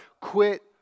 Quit